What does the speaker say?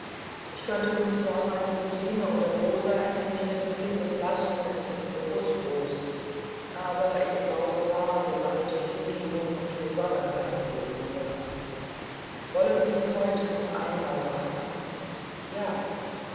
ich könnte nun zwar meine kousine oder rosa in die nähe des kindes lassen denn es ist bewußtlos aber ich brauche wahrgemeinte hingebung und besonnenheit neben mir wollen sie heute noch einmal wachen ja